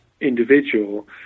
individual